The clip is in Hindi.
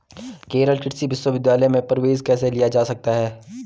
केरल कृषि विश्वविद्यालय में प्रवेश कैसे लिया जा सकता है?